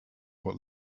what